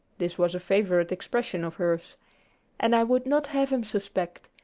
this was a favorite expression of hers and i would not have him suspect.